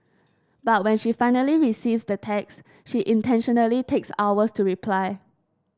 but when she finally receives the text she intentionally takes hours to reply